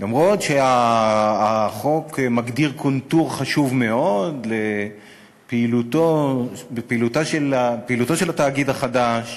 למרות שהחוק מגדיר קונטור חשוב מאוד לפעילותו של התאגיד החדש